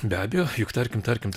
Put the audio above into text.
be abejo juk tarkim tarkim